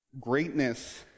Greatness